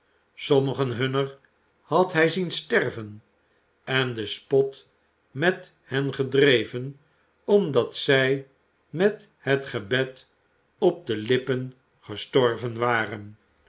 sommigen hunner had hij zien sterven en den spot met hen gedreven omdat zij met het gebed op de fagin in de gevangenis lippen gestorven waren